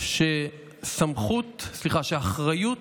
שאחריות